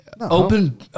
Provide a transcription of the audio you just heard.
Open